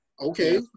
okay